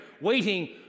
waiting